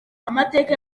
amateka